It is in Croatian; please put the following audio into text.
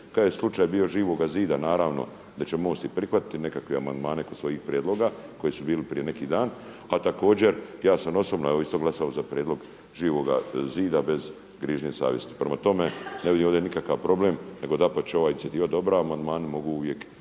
Kada je slučaj bio Živoga zida naravno da će MOST i prihvatiti nekakve amandmane kod svojih prijedloga koji su bili prije neki dan, a također ja sam osobno isto glasovao za prijedlog Živoga zida bez grižnje savjesti. Prema tome, ne vidim ovdje nikakav problem nego dapače ovaj … amandmani mogu uvijek